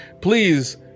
Please